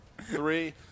three